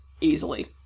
easily